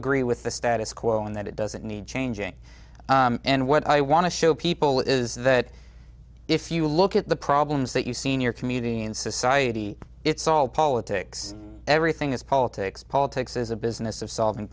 agree with the status quo and that it doesn't need changing and what i want to show people is that if you look at the problems that you seen you're commuting in society it's all politics everything is politics politics is a business of solving